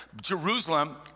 Jerusalem